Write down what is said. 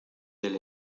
del